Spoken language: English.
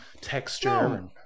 texture